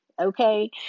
Okay